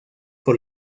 por